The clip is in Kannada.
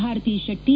ಭಾರತಿ ಶೆಟ್ಟಿ